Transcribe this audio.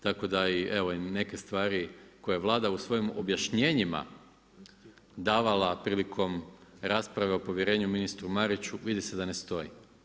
Tako da i evo i neke stvari koje Vlada u svojim objašnjenjima davala prilikom rasprave o povjerenju ministru Mariću, vidi se da ne stoji.